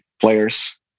players